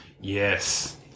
Yes